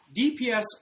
DPS